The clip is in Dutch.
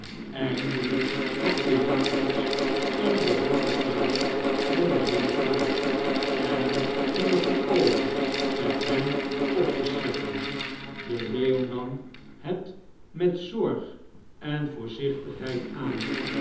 eindelp had de jakhals een behoorljk maal voor den leeuw klaar en ging er toe over het hem op te scheppen de leeuw nam het met zorg en voorzichtigheid aan